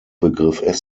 begriff